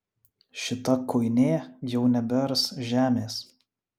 šita kuinė jau nebears žemės